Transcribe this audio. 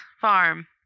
farm